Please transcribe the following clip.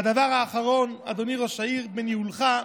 והדבר האחרון, אדוני ראש העיר, בניהולך,